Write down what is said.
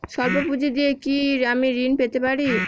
সল্প পুঁজি দিয়ে কি আমি ঋণ পেতে পারি?